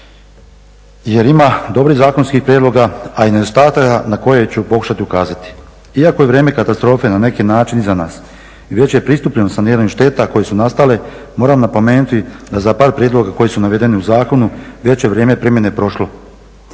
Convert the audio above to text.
jer ima dobrih zakonskih prijedloga a i nedostataka na koje ću pokušati ukazati. Iako je vrijeme katastrofe na neki način iza nas i već je pristupljeno saniranju šteta koje su nastale, moram napomenuti da za par prijedloga koji su navedeni u zakonu već je vrijeme primjene prošlo.